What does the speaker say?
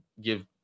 give